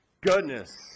goodness